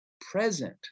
present